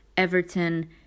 Everton